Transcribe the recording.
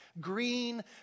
green